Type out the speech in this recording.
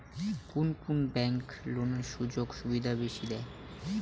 কুন কুন ব্যাংক লোনের সুযোগ সুবিধা বেশি দেয়?